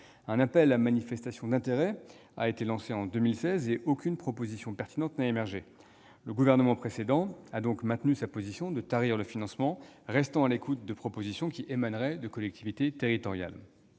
Un appel à manifestation d'intérêt a été lancé en 2016, mais aucune proposition pertinente n'a émergé. Le gouvernement précédent a donc maintenu sa décision de tarir le financement, restant à l'écoute de propositions qui émaneraient de collectivités territoriales.